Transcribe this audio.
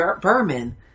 Berman